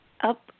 up